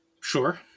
Sure